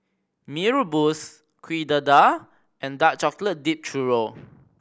Mee Rebus Kuih Dadar and dark chocolate dipped churro